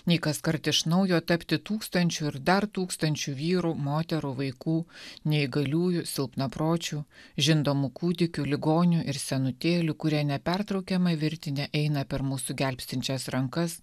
nei kaskart iš naujo tapti tūkstančiu ir dar tūkstančiu vyrų moterų vaikų neįgaliųjų silpnapročių žindomų kūdikių ligonių ir senutėlių kurie nepertraukiama virtine eina per mūsų gelbstinčias rankas